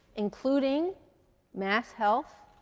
including masshealth,